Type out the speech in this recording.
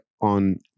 on